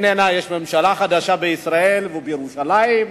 הנה, יש ממשלה חדשה בישראל ובירושלים,